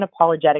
unapologetic